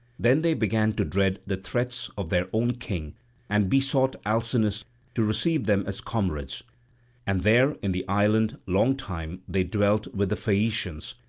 then they began to dread the threats of their own king and besought alcinous to receive them as comrades and there in the island long time they dwelt with the phaeacians,